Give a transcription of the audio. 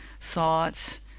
thoughts